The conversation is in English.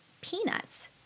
peanuts